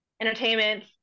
entertainment